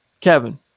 Kevin